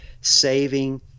saving